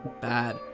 bad